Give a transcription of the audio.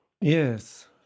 Yes